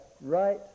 right